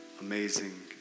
amazing